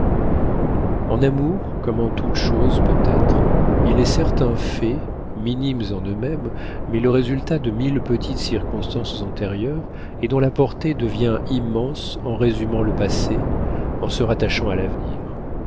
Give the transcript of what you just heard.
en amour comme en toute chose peut-être il est certains faits minimes en eux-mêmes mais le résultat de mille petites circonstances antérieures et dont la portée devient immense en résumant le passé en se rattachant à l'avenir